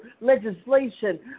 legislation